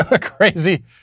Crazy